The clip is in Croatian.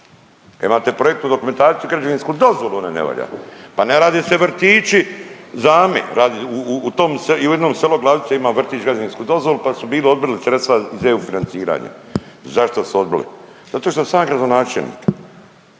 Imate projektnu dokumentaciju, građevinsku dozvolu, ona ne valja. Pa ne rade se vrtići za me, radi u, u, u tom selu, u jednom selu Glavica ima vrtić građevinsku dozvolu pa su bili odbili sredstva iz EU financiranja. Zašto su odbili? Zato što sam ja gradonačelnik.